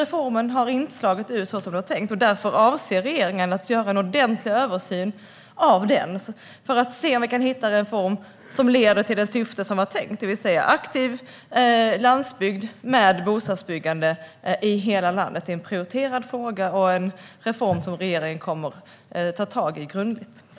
Reformen har inte slagit ut så som det var tänkt. Därför avser regeringen att göra en ordentlig översyn av den för att se om vi kan hitta en reform som leder till det syfte som var tänkt, det vill säga aktiv landsbygd med bostadsbyggande i hela landet. Det är en prioriterad fråga och en reform som regeringen kommer att ta tag i grundligt.